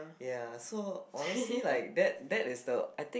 ya so honestly like that that is the I think